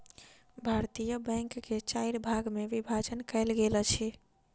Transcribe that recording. भारतीय बैंक के चाइर भाग मे विभाजन कयल गेल अछि